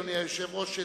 אדוני היושב-ראש,